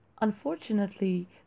Unfortunately